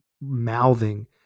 mouthing